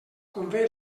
convé